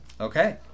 Okay